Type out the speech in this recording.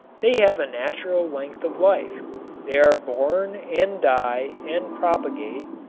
they have a natural length of life they are born and die and propagate,